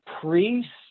priests